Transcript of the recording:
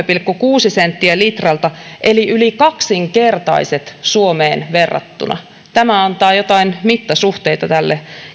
pilkku kuusi senttiä litralta eli yli kaksinkertaiset suomeen verrattuna tämä antaa jotain mittasuhteita tälle